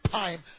time